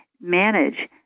manage